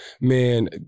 Man